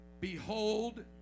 Behold